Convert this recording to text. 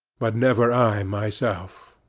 but never i myself.